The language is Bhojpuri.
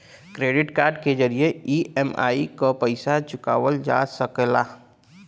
क्रेडिट कार्ड के जरिये ई.एम.आई क पइसा चुकावल जा सकला